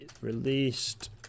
Released